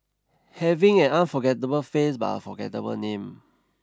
having an unforgettable face but a forgettable name